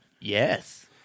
Yes